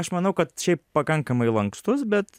aš manau kad šiaip pakankamai lankstus bet